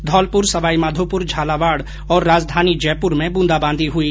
धौलपुर सवाईमाधोपुर झालावाड़ और राजधानी जयपुर में ब्रंदाबांदी हुई